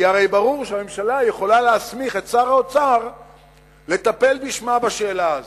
כי הרי ברור שהממשלה יכולה להסמיך את שר האוצר לטפל בשמה בשאלה הזאת.